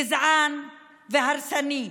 גזען והרסני,